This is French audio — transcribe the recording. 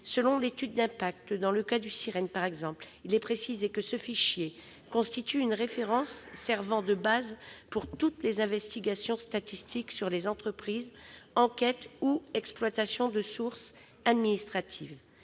Selon l'étude d'impact, dans le cas du fichier SIRENE par exemple, il est précisé que celui-ci « constitue une référence servant de base pour toutes les investigations statistiques sur les entreprises, enquêtes ou exploitations de sources administratives.